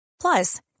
Plus